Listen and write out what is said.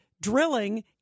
drilling